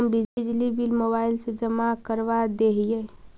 हम बिजली bill mobile से जमा करवा देहियै?